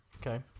Okay